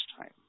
time